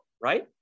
right